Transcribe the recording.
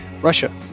Russia